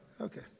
Okay